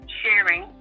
sharing